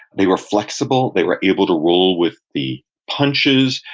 they were flexible, they were able to roll with the punches.